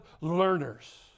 learners